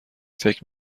فکر